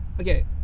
okay